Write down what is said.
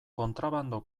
kontrabando